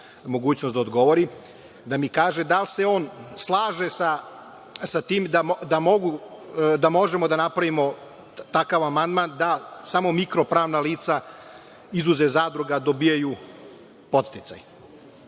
da odgovori, da mi kaže, da li se on slaže sa tim da možemo da napravimo takav amandman da samo mikropravna lica izuzev zadruga dobijaju podsticaj.